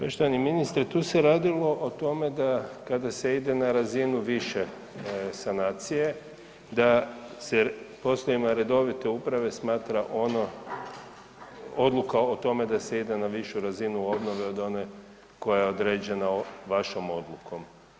Poštovani ministre tu se radilo o tome da kada se ide na razinu više sanacije da se poslovima redovite uprave smatra ono odluka o tome da se ide na višu razinu obnove od one koja je određena vašom odlukom.